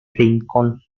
rincón